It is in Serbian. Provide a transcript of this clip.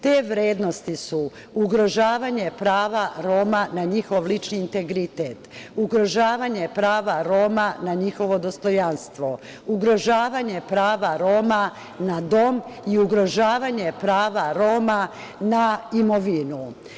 Te vrednosti su ugrožavanje prava Roma na njih lični integritet, ugrožavanje prava Roma na njihovo dostojanstvo, ugrožavanje prava Roma na dom i ugrožavanje prava Roma na imovinu.